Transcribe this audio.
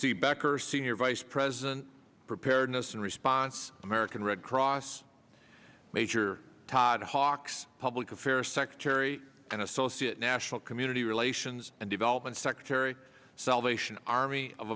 becker senior vice president preparedness and response american red cross major todd hawks public affairs secretary and associate national community relations and development secretary salvation army of